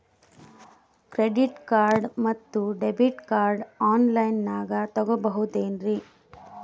Credit card ಮತ್ತು debit card on ಲೈನಾಗ್ ತಗೋಬಹುದೇನ್ರಿ?